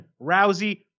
Rousey